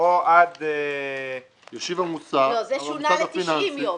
או עד -- לא, זה שונה ל-90 יום.